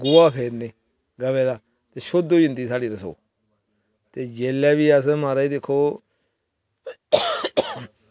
गोहा फेरने गवै दा ते शुद्ध होई जंदी साढ़ी रसोऽ ते जेल्लै बी अस म्हाराज दिक्खो